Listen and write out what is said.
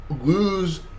lose